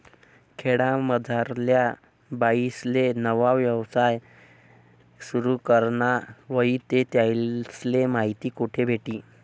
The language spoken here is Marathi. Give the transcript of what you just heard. खेडामझारल्या बाईसले नवा यवसाय सुरु कराना व्हयी ते त्यासले माहिती कोठे भेटी?